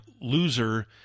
loser –